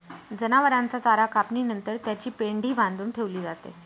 जनावरांचा चारा कापणी नंतर त्याची पेंढी बांधून ठेवली जाते